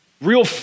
real